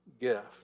gift